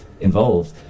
involved